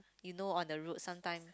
you know on the road some time